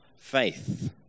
faith